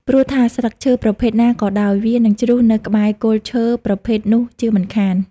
ព្រោះថាស្លឹកឈើប្រភេទណាក៏ដោយ វានិងជ្រុះនៅក្បែរគល់ឈើប្រភេទនោះជាមិនខាន។